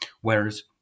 Whereas